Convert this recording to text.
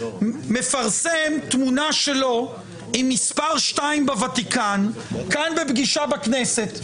תמונה שלו עם מספר 2 בוותיקן בפגישה בכנסת.